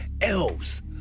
elves